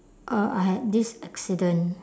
uh I had this accident